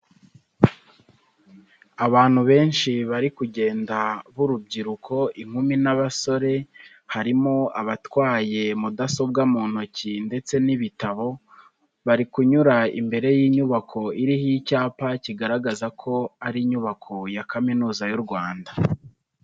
Abantu benshi bari kugenda b'urubyiruko, inkumi n'abasore harimo abatwaye mudasobwa mu ntoki ndetse n'ibitabo bari kunyura imbere y'inyubako iriho icyapa kigaragaza ko ari inyubako ya kaminuza y'u Rwanda.